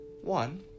One